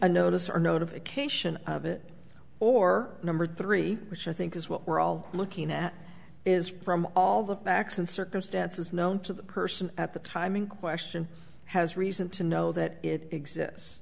a notice or notification of it or number three which i think is what we're all looking at is from all the facts and circumstances known to the person at the time in question has reason to know that it exists